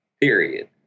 period